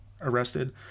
arrested